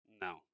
No